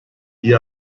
iyi